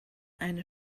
eine